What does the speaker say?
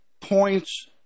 points